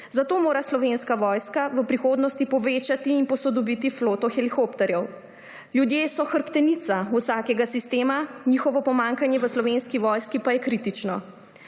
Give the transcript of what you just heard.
zato mora Slovenska vojska v prihodnosti povečati in posodobiti floto helikopterjev. Ljudje so hrbtenica vsakega sistema, njihovo pomanjkanje v Slovenski vojski pa je kritično.